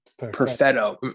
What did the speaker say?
Perfetto